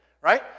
right